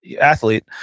athlete